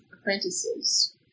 apprentices